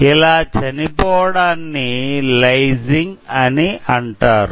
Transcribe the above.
ఇలా చనిపోవడాన్ని లైసింగ్ అని అంటారు